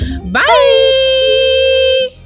Bye